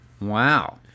Wow